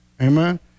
Amen